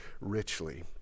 richly